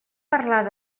parlar